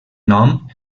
nom